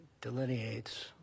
delineates